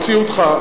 או הוציאו אותך.